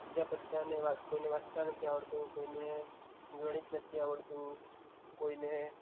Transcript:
બીજા બધાંને કોઈને વાંચતાં નથી આવડતું કોઈને ગણિત નથી આવડતું કોઈને